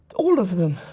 all of them.